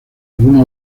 algunos